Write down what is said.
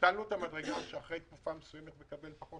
ביטלנו את המדרגה שאומרת שאחרי תקופה מסוימת יקבלו פחות.